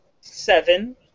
Seven